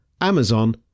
Amazon